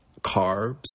carbs